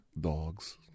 dogs